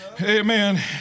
Amen